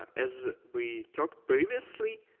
as we talked previously,